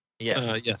Yes